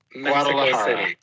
Guadalajara